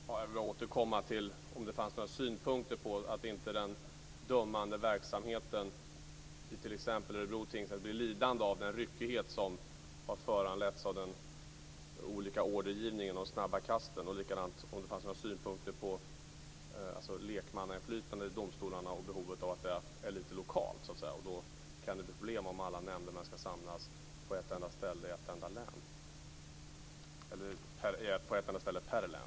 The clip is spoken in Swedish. Fru talman! Jag vill återkomma till frågan om det finns några synpunkter på att den dömande verksamheten i t.ex. Örebro tingsrätt inte ska bli lidande av den ryckighet som har föranletts av ordergivningen och de snabba kasten. Likadant undrar jag om det finns några synpunkter på lekmannainflytandet i domstolarna när det gäller behovet av att det är lite lokalt. Det kan bli problem om alla nämndemän ska samlas på ett enda ställe per län.